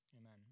Amen